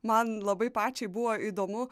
man labai pačiai buvo įdomu